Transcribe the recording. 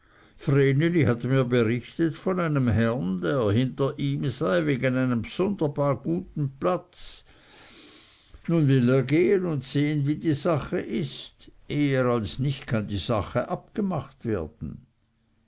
hat mir berichtet von einem herrn der hinter ihm sei wegen einem bsunderbar guten platz nun will er gehen und sehen wie die sache ist eher als nicht kann die sache abgemacht werden